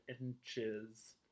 inches